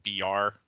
BR